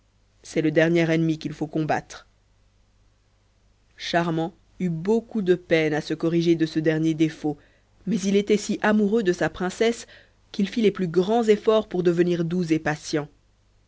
c'est le dernier ennemi qu'il faut combattre charmant eut beaucoup de peine à se corriger de ce dernier défaut mais il était si amoureux de sa princesse qu'il fit les plus grands efforts pour devenir doux et patient